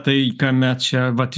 tai kame čia vat